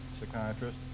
psychiatrist